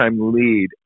lead